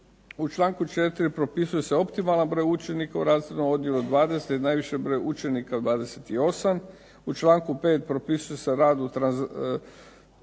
U članku 4. propisuje se optimalan broj učenika u razrednom odjelu 20, najviše broj učenika 28. U članku 5. propisuju se rad trorazrednoj